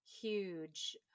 huge